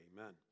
Amen